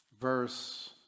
Verse